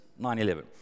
9-11